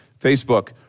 Facebook